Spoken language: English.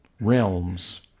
realms